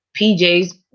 PJs